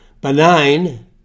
benign